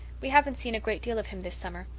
we haven't seen a great deal of him this summer.